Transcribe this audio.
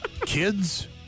Kids